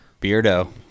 Beardo